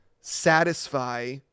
satisfy